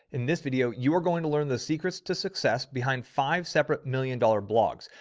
in this video, you are going to learn the secrets to success behind five separate million dollar blogs.